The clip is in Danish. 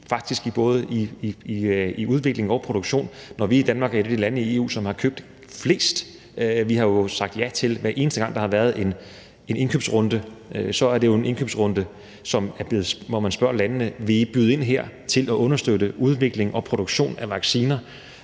faktisk både udvikling og produktion. Danmark er et af de lande i EU, der har købt flest – vi har jo sagt ja, hver eneste gang der har været en indkøbsrunde. Det er jo indkøbsrunder, hvor man spørger landene, om de vil byde ind for at understøtte udvikling og produktion af vacciner,